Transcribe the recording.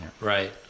right